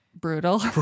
brutal